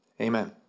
Amen